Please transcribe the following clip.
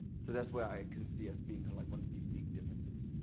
so that's where i can see as being ah like one of the unique differences.